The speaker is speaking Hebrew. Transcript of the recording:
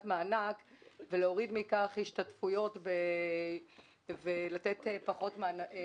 מענק כדי להוריד לאור זאת השתתפויות ולתת פחות תקציבים.